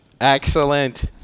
Excellent